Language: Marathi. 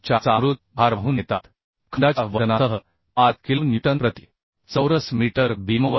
5 खंडाच्या वजनासह किलो न्यूटन प्रति चौरस मीटर चा मृत भार वाहून नेतात